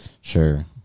Sure